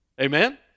Amen